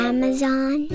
Amazon